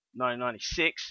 1996